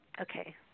Okay